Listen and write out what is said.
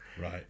Right